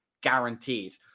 guaranteed